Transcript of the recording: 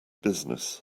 business